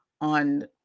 on